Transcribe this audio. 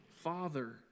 father